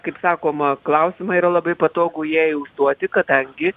kaip sakoma klausimą yra labai patogu jai užduoti kadangi